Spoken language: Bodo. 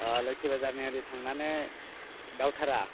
लोक्षि बाजारनि ओरै थांनानै दावधारा